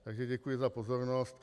Takže děkuji za pozornost.